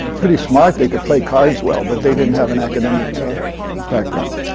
pretty smart. they could play cards well, but they didn't have an academic background.